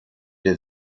der